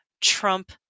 Trump